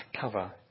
cover